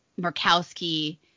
Murkowski